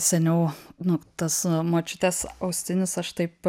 seniau nu tas močiutės austinis aš taip